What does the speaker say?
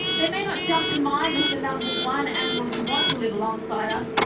they may not jump to mind as the number one animals we want to live alongside us,